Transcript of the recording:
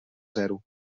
zero